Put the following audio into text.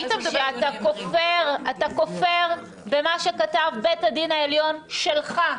היית מדבר ----- כשאתה כופר במה שכתב בית הדין העליון שלך,